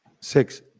Six